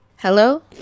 Hello